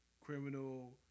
criminal